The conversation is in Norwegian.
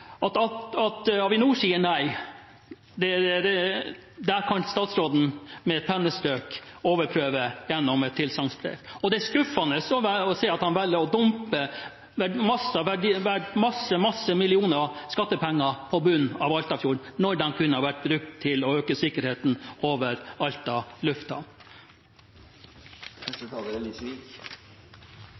i Alta. At Avinor sier nei, kan statsråden med et pennestrøk overprøve gjennom et tilsagnsbrev. Det er skuffende å se at han velger å dumpe mange, mange millioner skattepenger på bunnen av Altafjorden – når de kunne ha vært brukt til å øke sikkerheten over Alta lufthavn.